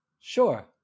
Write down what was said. Sure